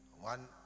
One